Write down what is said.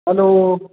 hello